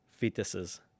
fetuses